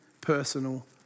personal